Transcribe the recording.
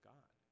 God